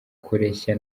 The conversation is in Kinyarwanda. kureshya